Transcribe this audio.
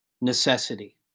necessity